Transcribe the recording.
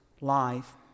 life